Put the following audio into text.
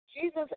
Jesus